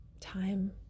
time